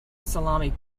salami